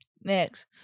Next